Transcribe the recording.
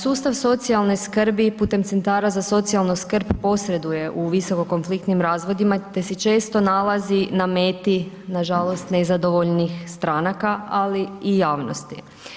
Sustav socijalne skrbi putem centara za socijalnu skrb posreduje u visoko konfliktnim razvodima te se često nalazi na meti nažalost nezadovoljnih stranaka ali i javnosti.